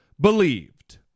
believed